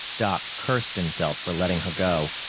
doc cursed himself for letting her go.